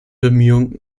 bemühungen